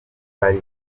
bari